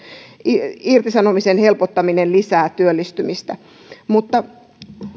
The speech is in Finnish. irtisanomisen helpottaminen lisää työllistymistä mutta